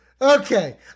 Okay